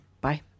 Bye